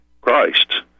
Christ